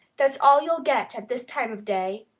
that's all you'll get at this time of day.